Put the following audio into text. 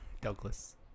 Douglas